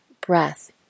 breath